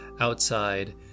outside